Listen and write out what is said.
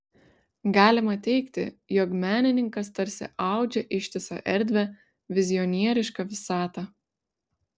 galima teigti jog menininkas tarsi audžia ištisą erdvę vizionierišką visatą